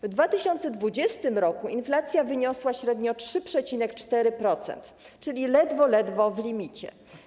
W 2020 r. inflacja wyniosła średnio 3,4%, czyli ledwo, ledwo w limicie.